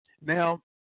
Now